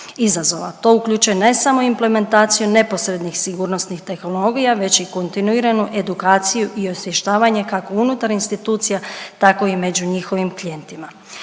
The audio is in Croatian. To uključuje ne samo implementaciju neposrednih sigurnosnih tehnologija već i kontinuiranu edukaciju i osvještavanje kako unutar institucija tako i među njihovim klijentima.